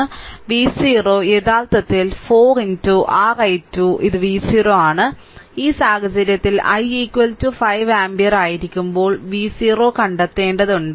v0 യഥാർത്ഥത്തിൽ 4 r i2 ഇത് v0 ആണ് ഈ സാഹചര്യത്തിൽ i 5 ആമ്പിയർ ആയിരിക്കുമ്പോൾ v0 കണ്ടെത്തേണ്ടതുണ്ട്